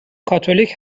کاتولیک